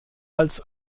als